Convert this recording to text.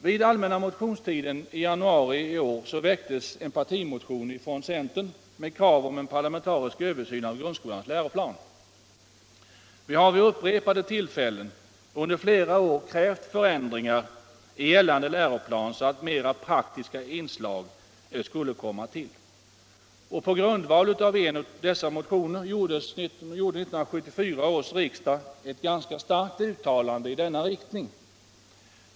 Under allmänna motionstiden i januari väcktes en partimotion av centern med krav om en parlamentarisk översyn av grundskolans läroplan. Vi har vid upprepade tillfällen under flera år krävt en ändring av gällande läroplan, så att mera praktiska inslag skulle införas. Och på grundval av en av dessa motioner gjorde 1974 års riksdag ett ganska starkt uttalande i denna riktning.